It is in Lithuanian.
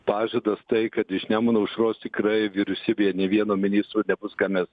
pažadas tai kad iš nemuno aušros tikrai vyriausybėje nė vieno ministro nebus ką mes